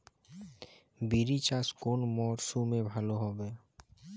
বিরি চাষ কোন মরশুমে ভালো হবে?